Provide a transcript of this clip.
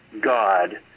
God